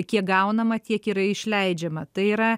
kiek gaunama tiek yra išleidžiama tai yra